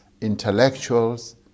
intellectuals